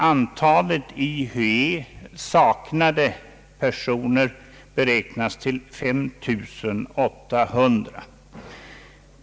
Antalet i Hué saknade personer beräknas till 5 800.